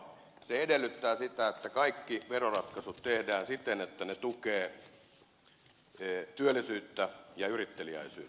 se edellyttää sitä että kaikki veroratkaisut tehdään siten että ne tukevat työllisyyttä ja yritteliäisyyttä